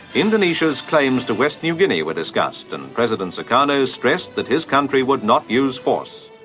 indonesia's claims to west new guinea were discussed, and president sukarno stressed that his country would not use force.